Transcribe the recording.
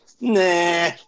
Nah